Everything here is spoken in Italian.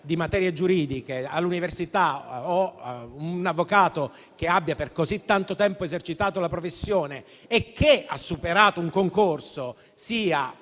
di materie giuridiche all'università o un avvocato, che abbia per così tanto tempo esercitato la professione e superato un concorso, siano